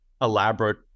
elaborate